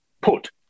put